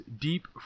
Deep